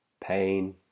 pain